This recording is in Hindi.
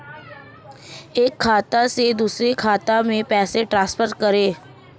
एक खाते से दूसरे खाते में पैसे कैसे ट्रांसफर करें?